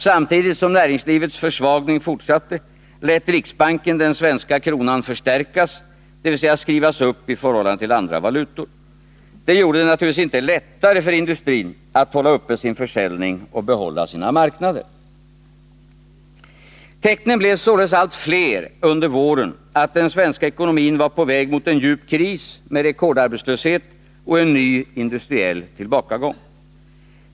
Samtidigt som näringslivets försvagning fortsatte lät riksbanken den svenska kronan förstärkas, dvs. skrivas upp i förhållande till andra valutor. Det gjorde det naturligtvis inte lättare för industrin att hålla uppe sin försäljning och behålla sina marknader. Tecknen blev således allt fler under våren på att den svenska ekonomin var på väg mot en djup kris med rekordarbetslöshet och en ny industriell tillbakagång.